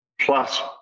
plus